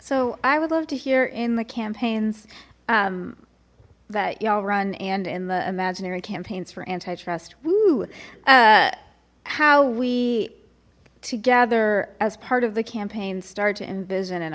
so i would love to hear in the campaign's that y'all run and in the imaginary campaigns for antitrust whoo how we together as part of the campaign start to envision and